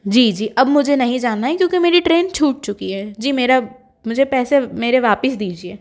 जी जी अब मुझे नहीं जाना है क्योंकि मेरी ट्रेन छूट चुकी है जी मेरा मुझे पैसे मेरे वापस दीजिए